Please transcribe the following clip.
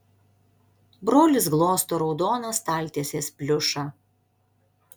brolis glosto raudoną staltiesės pliušą